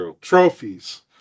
trophies